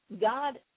God